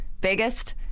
biggest